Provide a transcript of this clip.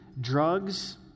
drugs